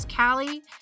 Callie